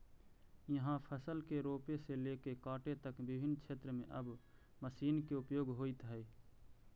इहाँ फसल के रोपे से लेके काटे तक विभिन्न क्षेत्र में अब मशीन के उपयोग होइत हइ